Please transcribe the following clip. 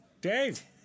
Dave